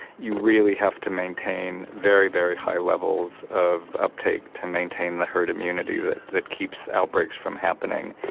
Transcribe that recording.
you really have to maintain very, very high levels of uptake to maintain the herd immunity that that keeps outbreaks from happening.